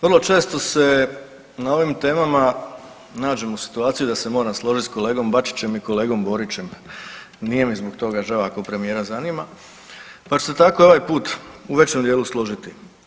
Vrlo često se na ovim temama nađem u situaciji da se moram složiti s kolegom Bačićem i s kolegom Borićem, nije mi zbog toga žao ako premijera zanima, pa ću se tako ovaj put u većem dijelu složiti.